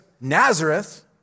Nazareth